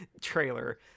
trailer